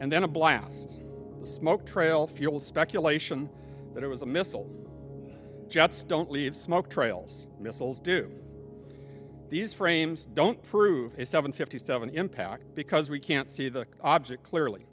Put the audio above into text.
and then a blast smoke trail fueled speculation that it was a missile jets don't leave smoke trails missiles do these frames don't prove his seven fifty seven impact because we can't see the object clearly